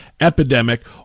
epidemic